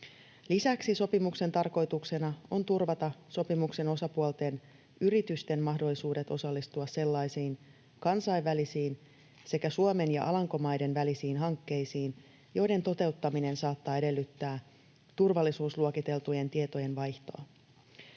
Lisäksi sopimuksen tarkoituksena on turvata sopimuksen osapuolten yritysten mahdollisuudet osallistua sellaisiin kansainvälisiin sekä Suomen ja Alankomaiden välisiin hankkeisiin, joiden toteuttaminen saattaa edellyttää turvallisuusluokiteltujen tietojen vaihtoa.